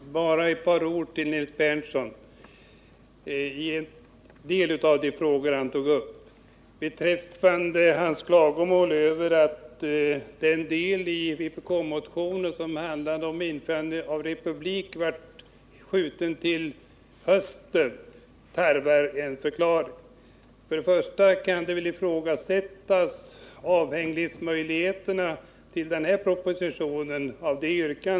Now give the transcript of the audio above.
Herr talman! Bara ett par ord till Nils Berndtson med anledning av en del av de frågor han tog upp! Nils Berndtson framförde klagomål över att behandlingen av det avsnitt i vpk-moticnen som handlar om införande av republik blivit uppskjuten till hösten. Detta tarvar en förklaring. Först och främst torde det kunna ifrågsättas om detta yrkande sammanhänger med denna proposition.